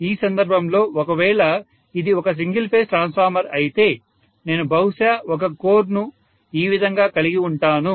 ఈ సందర్భంలో ఒకవేళ ఇది ఒక సింగిల్ ఫేజ్ ట్రాన్స్ఫార్మర్ అయితే నేను బహుశా ఒక కోర్ ఈ విధంగా కలిగివుంటాను